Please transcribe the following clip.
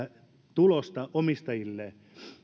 tulosta omistajilleen